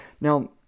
Now